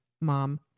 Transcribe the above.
Mom